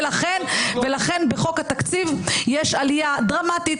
ולכן בחוק התקציב יש עלייה דרמטית